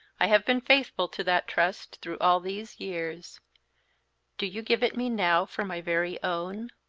i have been faithful to that trust through all these years do you give it me now for my very own?